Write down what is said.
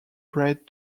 bread